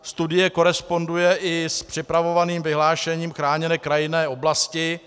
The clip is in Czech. Studie koresponduje i s připravovaným vyhlášením chráněné krajinné oblasti.